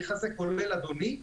כולל אדוני,